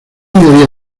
debía